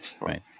Right